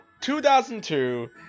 2002